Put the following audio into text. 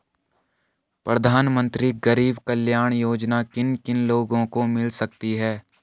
प्रधानमंत्री गरीब कल्याण योजना किन किन लोगों को मिल सकती है?